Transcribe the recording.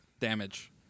damage